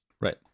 Right